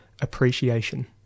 appreciation